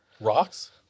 rocks